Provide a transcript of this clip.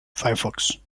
firefox